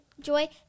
Joy